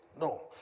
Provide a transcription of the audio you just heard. No